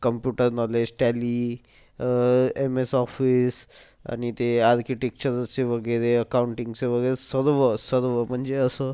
computer knowledge Tally M S Office आणि ते आर्किटेक्चरचे वगैरे अकाऊंटिंगचे वगैरे सर्व सर्व म्हणजे असं